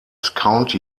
county